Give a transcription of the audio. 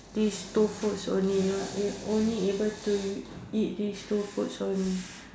this two foods only you are only able to eat these two foods only